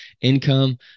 income